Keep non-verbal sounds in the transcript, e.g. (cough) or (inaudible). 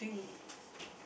(breath)